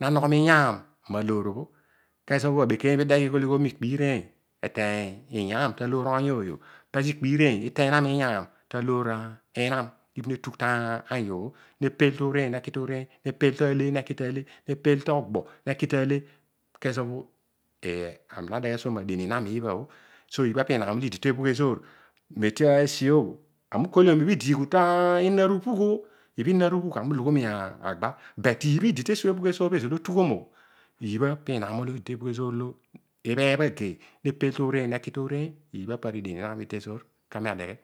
na nogho abekeiy igghe ighol ikpo iireiny eteiy iyaam taloor oiy ooy obho ikpo ireiy eteiy na miyaan taloor inam netugh tanyu obho nepelgh neki to oreiy nepel neki ta ale ne pel neki to obu ami na deghe suo madien inam iibabho so ibha pinam olo idi teebhugh ezoor. Aar ukolio ibha idiighu tinon arubhugho ibha inon arubhugh ami utuedio agba nut ibha idi te suo ezor no tughom o ibheebh ageiy nepel toreiny neki tooreiny ibha pari dien inam ibha idi tezoor kaami adeghe